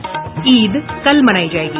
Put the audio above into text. और ईद कल मनायी जायेगी